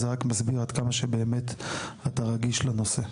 זה רק מסביר עד כמה שבאמת אתה רגיש לנושא.